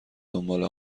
دنبال